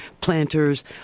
planters